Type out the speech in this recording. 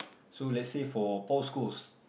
so let's say for Paul's Coles